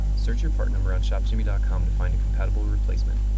search your part number on shopjimmy dot com to find a compatible replacement.